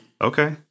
Okay